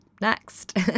next